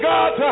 God